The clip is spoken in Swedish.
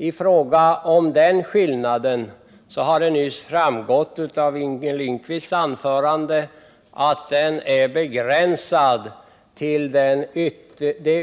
Det har nyss av Inger Lindquists anförande framgått att den skillnaden är begränsad till det